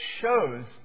shows